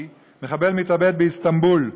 מחבל התאבד באיסטנבול,